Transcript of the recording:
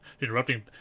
interrupting